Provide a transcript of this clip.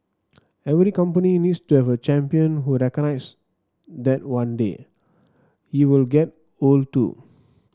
every company needs to have a champion who recognize that one day he will get old too